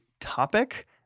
topic